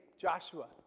Joshua